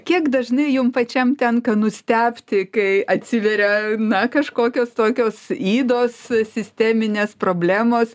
kiek dažnai jum pačiam tenka nustebti kai atsiveria na kažkokios tokios ydos sisteminės problemos